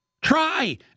Try